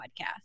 podcast